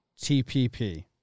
TPP